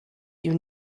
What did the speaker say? you